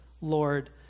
Lord